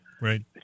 Right